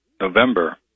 November